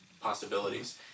possibilities